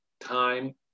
time